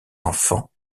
enfants